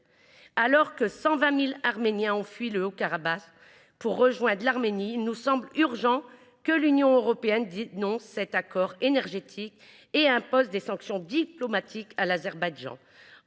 Alors que 120 000 Arméniens ont fui le Haut-Karabagh pour rejoindre l’Arménie, il nous semble urgent que l’Union européenne dénonce cet accord énergétique et impose des sanctions diplomatiques à l’Azerbaïdjan.